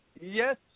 Yes